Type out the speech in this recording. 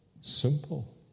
simple